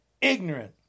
ignorant